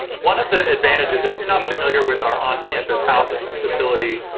one of the advantages, if you're not familiar with our on-campus housing facility,